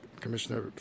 Commissioner